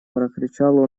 прокричал